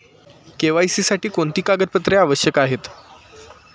KYC साठी कोणती कागदपत्रे आवश्यक आहेत?